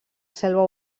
selva